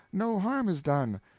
no harm is done.